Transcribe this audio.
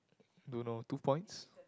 don't know two points